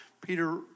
Peter